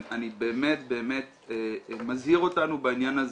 אני באמת באמת מזהיר אותנו בעניין הזה,